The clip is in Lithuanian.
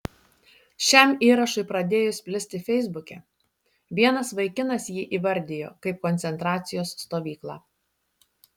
šiam įrašui pradėjus plisti feisbuke vienas vaikinas jį įvardijo kaip koncentracijos stovyklą